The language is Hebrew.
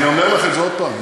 אני אומר לך את זה עוד פעם,